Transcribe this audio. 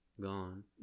gone